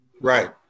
right